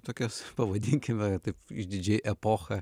tokias pavadinkime taip išdidžiai epocha